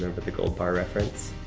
and but the gold bar reference?